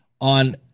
on